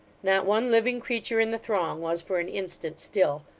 not one living creature in the throng was for an instant still.